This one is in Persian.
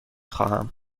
خواهم